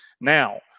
now